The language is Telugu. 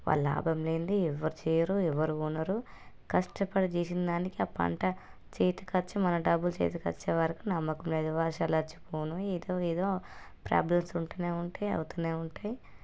వాళ్ళు లాభం లేనిదే ఎవరూ చేయరు ఎవరూ కొనరు కష్టపడి చేసిన దానికి ఆ పంట చేతికి వచ్చి మన డబ్బులు చేతికి వచ్చే వరకు నమ్మకం లేదు వర్షాలు వచ్చి పోను ఏదో ఏదో ప్రాబ్లమ్స్ ఉంటూనే ఉంటాయి అవుతూనే ఉంటాయి